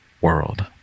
world